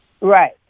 Right